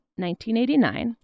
1989